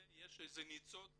יש ניצוץ